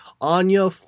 Anya